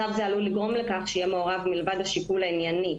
מצב זה עלול לגרום לכך שמלבד השיקול הענייני,